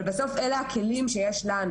אבל בסופו של דבר אלו הכלים שיש לנו